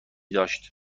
داشت